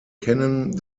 kennen